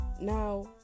now